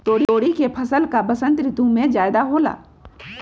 तोरी के फसल का बसंत ऋतु में ज्यादा होला?